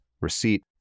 receipt